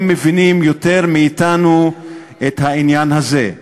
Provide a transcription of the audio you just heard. הם מבינים יותר מאתנו את העניין הזה.